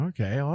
Okay